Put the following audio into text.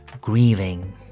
grieving